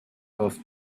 off